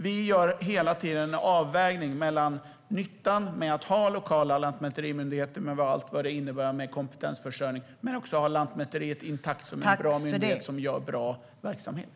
Vi gör hela tiden en avvägning mellan nyttan med att ha lokala lantmäterimyndigheter med allt vad det innebär med kompetensförsörjning och nyttan med att ha Lantmäteriet intakt som en bra myndighet med god verksamhet.